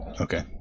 Okay